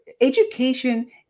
education